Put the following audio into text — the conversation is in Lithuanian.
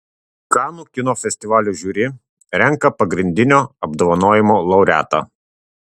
kanų kino festivalio žiuri renka pagrindinio apdovanojimo laureatą